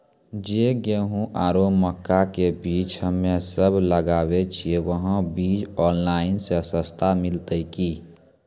जे गेहूँ आरु मक्का के बीज हमे सब लगावे छिये वहा बीज ऑनलाइन मे सस्ता मिलते की?